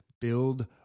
build